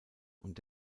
und